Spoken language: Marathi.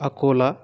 अकोला